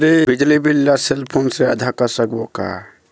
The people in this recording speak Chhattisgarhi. बिजली बिल ला सेल फोन से आदा कर सकबो का?